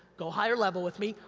go higher level with me,